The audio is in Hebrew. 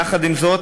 יחד עם זאת,